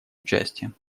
участием